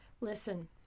Listen